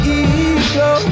ego